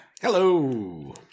Hello